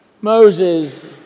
Moses